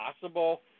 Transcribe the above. possible